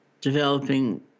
developing